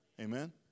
Amen